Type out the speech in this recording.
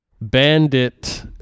bandit